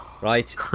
right